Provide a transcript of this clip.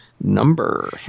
number